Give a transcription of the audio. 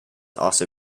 also